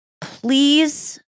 please